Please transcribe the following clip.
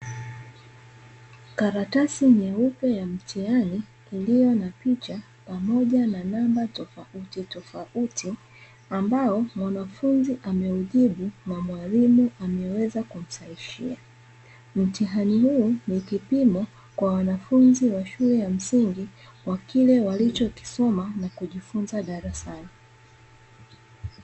Karatasi nyeupe ya mtihani iliyo na picha pamoja na namba tofautitofauti, ambao mwanafunzi ameujibu na mwalimu ameweza kumsahihishia. Mtihani huu ni kipimo kwa wanafunzi wa shule ya msingi, kwa kile walichokisoma na kujifunza darasani.